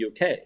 UK